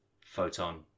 photon